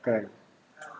kan